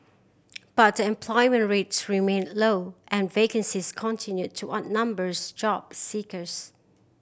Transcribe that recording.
but the employment rates remained low and vacancies continued to outnumbers job seekers